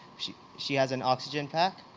she she has an oxygen pack.